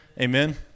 amen